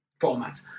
format